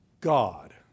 God